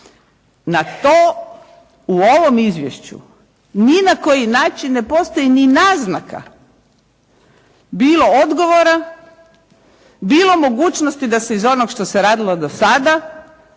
Na to u ovom izvješću ni na koji način ne postoji ni naznaka bilo odgovora, bilo mogućnosti da se iz onog što se radilo do sada